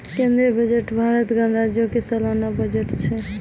केंद्रीय बजट भारत गणराज्यो के सलाना बजट छै